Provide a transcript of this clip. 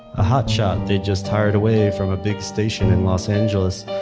a hotshot they just hired away from a big station in los angeles,